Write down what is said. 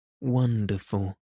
wonderful